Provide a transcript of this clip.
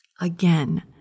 Again